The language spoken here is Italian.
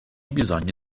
bisogni